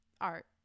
Art